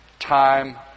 time